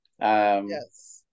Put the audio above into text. yes